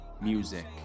Music